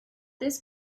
this